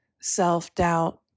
self-doubt